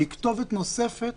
והיא כתובת נוספת